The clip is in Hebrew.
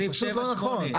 זה פשוט לא נכון.